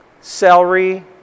celery